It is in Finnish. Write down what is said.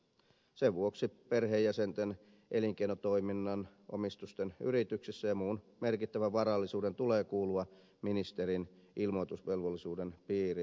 sen vuoksi perheenjäsenten elinkeinotoiminnan omistusten yrityksissä ja muun merkittävän varallisuuden tulee kuulua ministerin ilmoitusvelvollisuuden piiriin